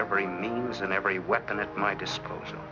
every means and every weapon at my disposal